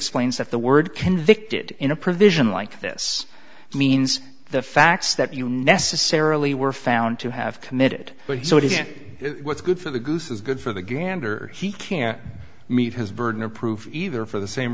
explains that the word convicted in a provision like this means the facts that you necessarily were found to have committed but so did what's good for the goose is good for the gander he can't meet his burden of proof either for the same